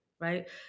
right